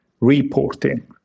reporting